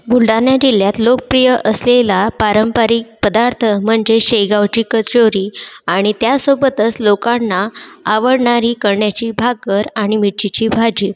बुलढाणा जिल्ह्यात लोकप्रिय असलेला पारंपरिक पदार्थ म्हणजे शेगावची कचोरी आणि त्यासोबतच लोकांना आवडणारी कळण्याची भाकर आणि मिरचीची भाजी